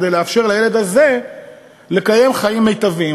כדי לאפשר לילד הזה לקיים חיים מיטביים.